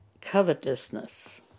covetousness